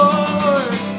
Lord